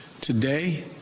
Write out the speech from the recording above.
Today